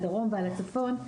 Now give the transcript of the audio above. על הדרום ועל הצפון,